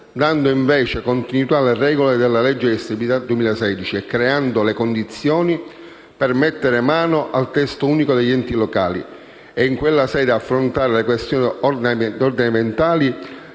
dando invece continuità alle regole della legge di stabilità 2016 e creando le condizioni per mettere mano al testo unico degli enti locali e in quella sede affrontare le questioni ordinamentali